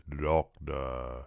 doctor